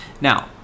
now